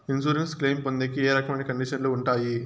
Insurance claim పొందేకి ఏ రకమైన కండిషన్లు ఉంటాయి?